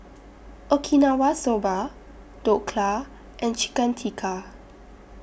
Okinawa Soba Dhokla and Chicken Tikka